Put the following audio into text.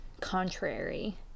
contrary